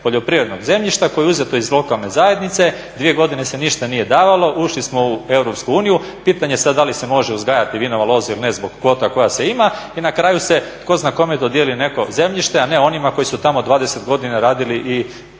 poljoprivrednog zemljišta koje je uzeto iz lokalne zajednice, dvije godine se ništa nije davalo, ušli smo u EU. Pitanje je sad da li se može uzgajati vinova loza ili ne zbog kvota koje se ima i na kraju se tko zna kome dodijeli neko zemljište, a ne onima koji su tamo 20 godina radili i